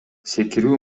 секирүү